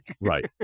Right